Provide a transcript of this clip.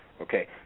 Okay